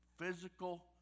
physical